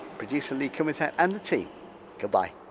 producer lee kumutat and the team goodbye